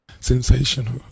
Sensational